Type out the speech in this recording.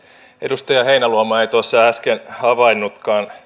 edustaja heinäluoma ei tuossa äsken havainnutkaan